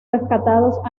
rescatados